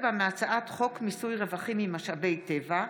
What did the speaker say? הצעת חוק לתיקון פקודת מס הכנסה (פטור ממס למקבלי קצבת ילד נכה),